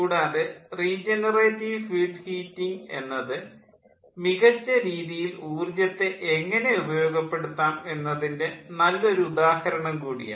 കൂടാതെ regenerative feed heating എന്നത് മികച്ച രീതിയിൽ ഊർജ്ജത്തെ എങ്ങനെ ഉപയോഗപ്പെടുത്താം എന്നതിൻ്റെ നല്ലൊരു ഉദാഹരണം കൂടിയാണ്